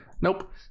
nope